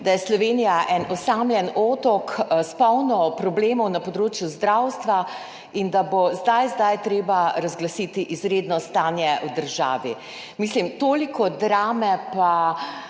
da je Slovenija en osamljen otok s polno problemov na področju zdravstva in da bo zdaj, zdaj treba razglasiti izredno stanje v državi. Mislim, toliko drame, pa